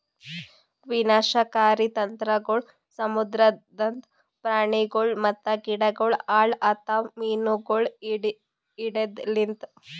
ವಿನಾಶಕಾರಿ ತಂತ್ರಗೊಳ್ ಸಮುದ್ರದಾಂದ್ ಪ್ರಾಣಿಗೊಳ್ ಮತ್ತ ಗಿಡಗೊಳ್ ಹಾಳ್ ಆತವ್ ಮೀನುಗೊಳ್ ಹಿಡೆದ್ ಲಿಂತ್